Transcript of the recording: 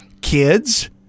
Kids